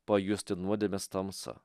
pajusti nuodėmės tamsą